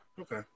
okay